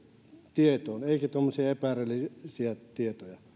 tietoon eikä tuommoisia epärealistisia tietoja